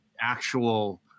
actual